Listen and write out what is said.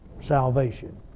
salvation